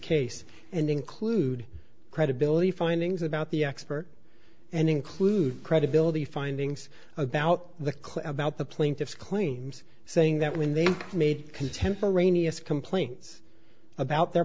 case and include credibility findings about the expert and include credibility findings about the clip about the plaintiff's claims saying that when they made contemporaneous complaints about their